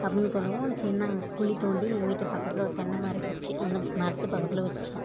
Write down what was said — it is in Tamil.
அப்படின்னு சொல்லவும் சின்ன குழி தோண்டி எங்கள் வீட்டு பக்கத்தில் ஒரு தென்னை மரம் இருந்துச்சு அந்த மரத்து பக்கத்தில் வைச்சேன்